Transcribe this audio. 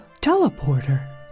teleporter